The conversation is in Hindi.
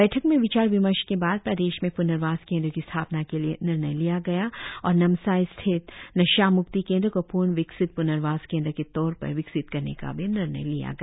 बैठक में विचार विमर्श के बाद प्रदेश में प्नर्वास केंद्र की स्थापना के लिए निर्णय लिया गया और नामसाई स्थिति नशाम्क्ति केंद्र को पूर्ण विकसित प्नर्वास केंद्र के तौर पर विकसित करने का भी निर्णय लिया गया